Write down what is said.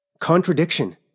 contradiction